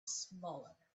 smaller